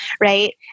right